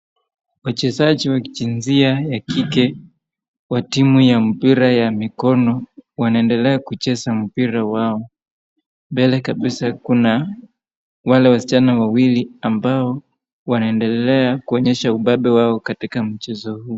Wachezaji wa kijinsia ya kike wa timu ya mpira ya mikono wanaendelea kucheza mpira wao. Mbele kabisa kuna wale wasichana wawili ambao wanaendelea kuonyesha ubabe wao katika mchezo huu.